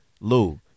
Lou